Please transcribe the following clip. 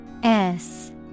-S